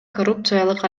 коррупциялык